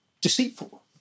deceitful